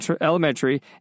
Elementary